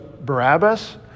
Barabbas